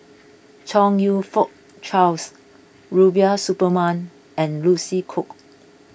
Chong You Fook Charles Rubiah Suparman and Lucy Koh